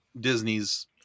Disney's